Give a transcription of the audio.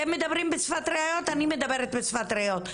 אתם מדברים בשפת ראיות, אני מדברת בשפת ראיות.